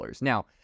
Now